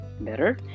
better